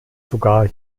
sogar